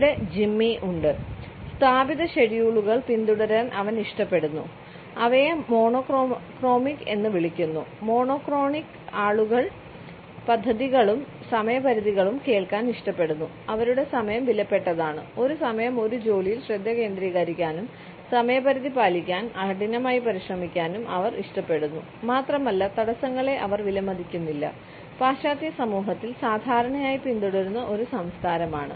ഇവിടെ ജിമ്മി ഉണ്ട് സ്ഥാപിത ഷെഡ്യൂളുകൾ പിന്തുടരാൻ അവൻ ഇഷ്ടപ്പെടുന്നു അവയെ മോണോക്രോമിക് എന്ന് വിളിക്കുന്നു മോണോക്രോണിക് ആളുകൾ പദ്ധതികളും സമയപരിധികളും കേൾക്കാൻ ഇഷ്ടപ്പെടുന്നു അവരുടെ സമയം വിലപ്പെട്ടതാണ് ഒരു സമയം ഒരു ജോലിയിൽ ശ്രദ്ധ കേന്ദ്രീകരിക്കാനും സമയപരിധി പാലിക്കാൻ കഠിനമായി പരിശ്രമിക്കാനും അവർ ഇഷ്ടപ്പെടുന്നു മാത്രമല്ല തടസ്സങ്ങളെ അവർ വിലമതിക്കുന്നില്ല പാശ്ചാത്യ സമൂഹത്തിൽ സാധാരണയായി പിന്തുടരുന്ന ഒരു സംസ്കാരമാണ്